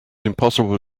impossible